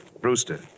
Brewster